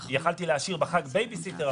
יכולתי להשאיר בחג בייביסיטר,